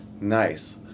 Nice